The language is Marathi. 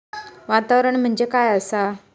वातावरण म्हणजे काय असा?